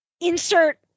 insert